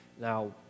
Now